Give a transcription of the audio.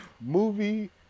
Movie